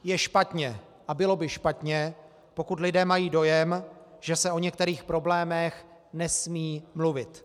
Je špatně a bylo by špatně, pokud lidé mají dojem, že se o některých problémech nesmí mluvit.